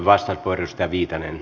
arvoisa puhemies